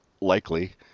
likely